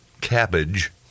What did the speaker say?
cabbage